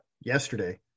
yesterday